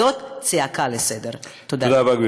זאת צעקה לסדר-היום.